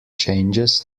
changes